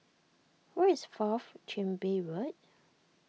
where is Fourth Chin Bee Road